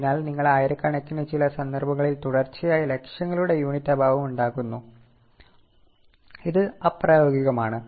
അതിനാൽ നിങ്ങൾ ആയിരക്കണക്കിന് ചില സന്ദർഭങ്ങളിൽ തുടർച്ചയായി ലക്ഷങ്ങളുടെ യൂണിറ്റ് അഭാവം ഉണ്ടാക്കുന്നു ഇത് അപ്രായോഗികമാണ്